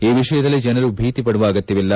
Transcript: ಈ ವಿಷಯದಲ್ಲಿ ಜನರು ಭೀತಿ ಪಡುವ ಅಗತ್ಯವಿಲ್ಲ